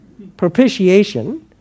Propitiation